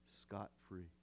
scot-free